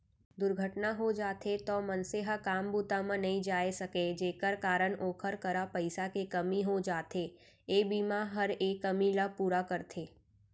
दुरघटना हो जाथे तौ मनसे ह काम बूता म नइ जाय सकय जेकर कारन ओकर करा पइसा के कमी हो जाथे, ए बीमा हर ए कमी ल पूरा करथे